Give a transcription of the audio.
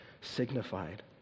signified